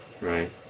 Right